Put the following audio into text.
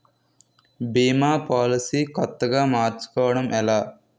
భీమా policy కొత్తగా మార్చుకోవడం ఎలా?